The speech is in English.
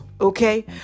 Okay